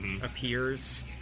appears